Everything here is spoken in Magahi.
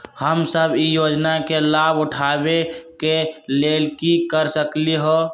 हम सब ई योजना के लाभ उठावे के लेल की कर सकलि ह?